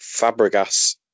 Fabregas